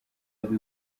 aba